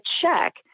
check